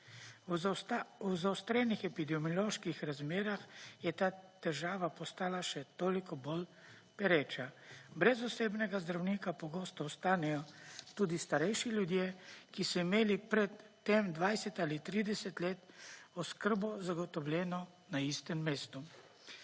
V zaostrenih epidemioloških razmerah je ta težava postala še toliko bolj pereča. Brez osebnega zdravnika pogosto ostanejo tudi starejši ljudje, ki so imeli pred tem 20 ali 30 let oskrbo zagotovljeno na istem mestu.